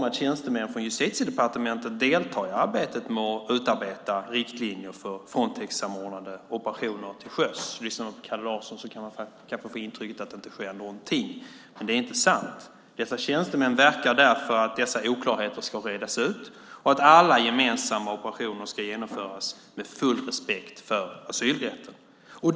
Tjänstemän från Justitiedepartementet deltar i arbetet med att utarbeta riktlinjer för Frontexsamordnade operationer till sjöss. Lyssnar man på Kalle Larsson kan man få intrycket att det inte sker någonting. Det är inte sant. Dessa tjänstemän verkar för att oklarheterna ska redas ut och för att alla gemensamma operationer ska genomföras med full respekt för asylrätten.